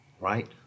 Right